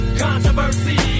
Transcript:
controversy